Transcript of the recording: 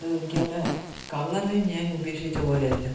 അത് എനിക്കെന്റെ കളറേ ഞാനുദ്ദേശിച്ചതുപോലെയല്ല